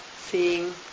seeing